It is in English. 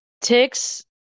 ticks